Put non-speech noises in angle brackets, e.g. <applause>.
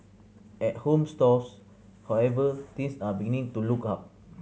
at home stores however things are beginning to look up <noise>